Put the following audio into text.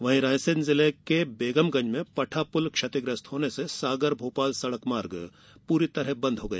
वहीं रायसेन जिले के बेगमगंज में पठा पुल क्षतिग्रस्त होने से सागर भोपाल सड़क मार्ग पूरी तरह बंद हो गया